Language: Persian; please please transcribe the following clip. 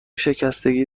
شکستگی